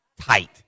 tight